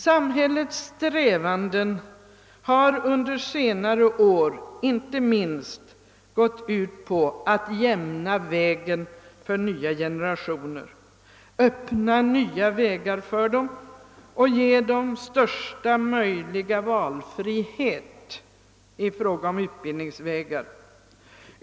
Samhällets strävanden har under senare år inte minst gått ut på att jämna vägen för nya generationer — Öppna nya vägar för dem och ge dem största möjliga valfrihet i fråga om utbildningsvägar.